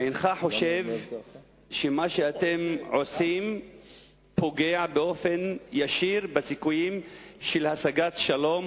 האם אינך חושב שמה שאתם עושים פוגע באופן ישיר בסיכויים להשגת שלום,